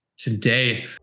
today